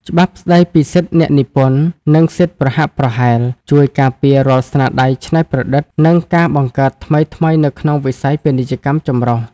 ច្បាប់ស្ដីពីសិទ្ធិអ្នកនិពន្ធ និងសិទ្ធិប្រហាក់ប្រហែល ជួយការពាររាល់ស្នាដៃច្នៃប្រឌិត និងការបង្កើតថ្មីៗនៅក្នុងវិស័យពាណិជ្ជកម្មចម្រុះ។